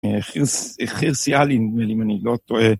חרסיאלים, אם אני לא טועה.